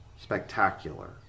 spectacular